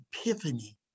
epiphany